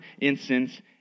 incense